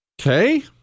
Okay